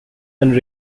and